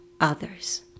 others